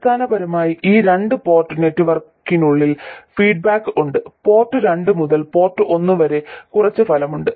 അടിസ്ഥാനപരമായി ഈ രണ്ട് പോർട്ട് നെറ്റ്വർക്കിനുള്ളിൽ ഫീഡ്ബാക്ക് ഉണ്ട് പോർട്ട് രണ്ട് മുതൽ പോർട്ട് ഒന്ന് വരെ കുറച്ച് ഫലമുണ്ട്